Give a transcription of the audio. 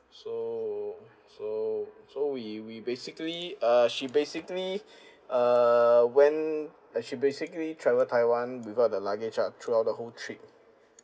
so so so we we basically uh she basically uh went uh she basically travel taiwan without the luggage lah throughout the whole trip